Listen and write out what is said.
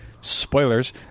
spoilers